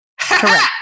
Correct